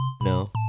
No